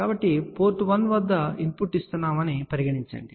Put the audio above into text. కాబట్టి పోర్ట్ 1 వద్ద ఇన్పుట్ ఇస్తున్నామని చెప్పండి